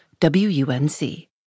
WUNC